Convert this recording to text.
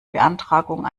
beantragung